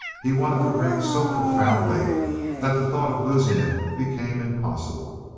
he wanted the ranch so profoundly that the thought of losing it became impossible.